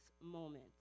moment